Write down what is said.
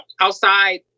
outside